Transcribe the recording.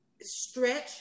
stretch